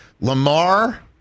Lamar